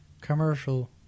commercial